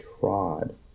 trod